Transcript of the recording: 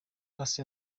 paccy